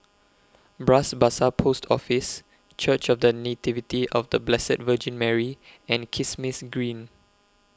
Bras Basah Post Office Church of The Nativity of The Blessed Virgin Mary and Kismis Green